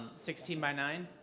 sixteen by nine,